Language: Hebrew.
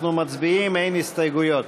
אין הסתייגויות.